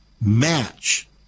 match